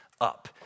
up